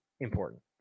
important